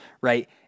right